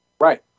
Right